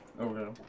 okay